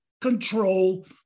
control